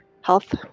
Health